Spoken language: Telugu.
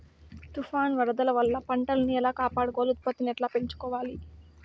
తుఫాను, వరదల వల్ల పంటలని ఎలా కాపాడుకోవాలి, ఉత్పత్తిని ఎట్లా పెంచుకోవాల?